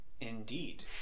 Indeed